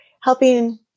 helping